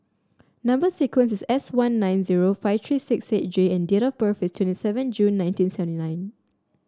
number sequence is S one nine zero five three six eight J and date of birth is twenty seven June nineteen seventy nine